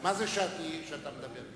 מה זה כשאתה מדבר,